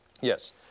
yes